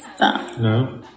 No